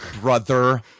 brother